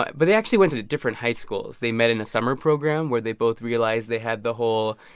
but but they actually went to to different high schools. they met in a summer program where they both realized they had the whole,